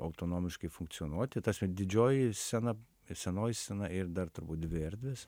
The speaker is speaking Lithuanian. autonomiškai funkcionuoti ta prasme didžioji scena senoji scena ir dar turbūt dvi erdvės